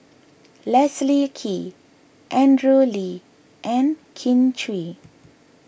Leslie Kee Andrew Lee and Kin Chui